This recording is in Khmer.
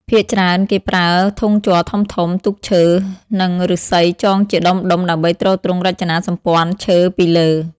ភាគច្រើនគេប្រើធុងជ័រធំៗ ទូកឈើ និងឫស្សីចងជាដុំៗ ដើម្បីទ្រទ្រង់រចនាសម្ព័ន្ធឈើពីលើ។